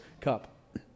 cup